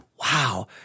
Wow